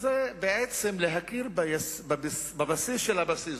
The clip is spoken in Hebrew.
זה בעצם להכיר בבסיס של הבסיס.